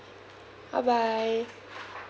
bye bye